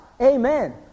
Amen